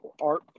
art